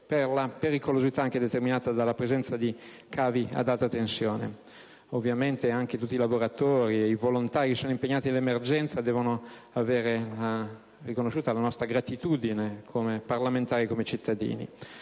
e la pericolosità determinata dalla presenza di cavi dell'alta tensione. Ovviamente ai lavoratori e ai volontari che si sono impegnati nell'emergenza deve essere riconosciuta la nostra gratitudine di parlamentari e cittadini.